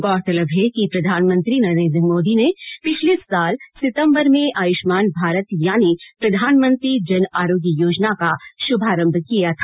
गौरतलब है कि प्रधानमंत्री नरेन्द्र मोदी ने पिछले साल सितम्बर में आयुष्मान भारत यानी प्रधानमंत्री जन आरोग्य योजना का शुभारंभ किया था